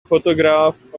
photograph